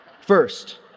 First